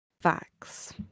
Facts